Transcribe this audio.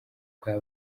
bwa